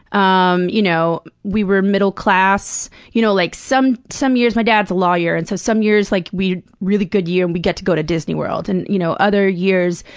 um you know we were middle-class you know like, some some years my dad's a lawyer, and so some years, like, we'd really good year and get to go to disney world. and you know other years,